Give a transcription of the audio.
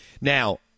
Now